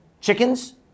chickens